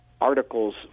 articles